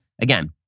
Again